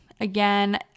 again